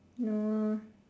no